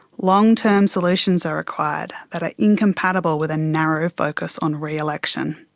long-term solutions are required that are incompatible with a narrow focus on re-election.